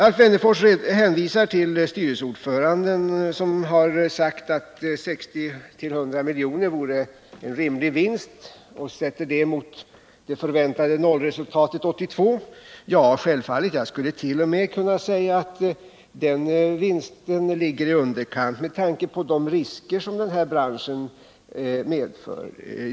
Alf Wennerfors hänvisade till styrelseordföranden, som har sagt att 60-100 milj.kr. vore en rimlig vinst. Alf Wennerfors satte detta mot det förväntade nollresultatet 1982. Självfallet kan man ha den uppfattningen. Jag kan t.o.m. säga att den vinsten ligger i underkant med tanke på de risker denna bransch medför.